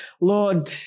Lord